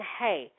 hey